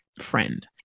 friend